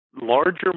larger